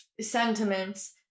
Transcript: sentiments